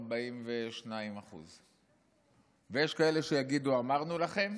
42%. יש כאלה שיגידו: אמרנו לכם,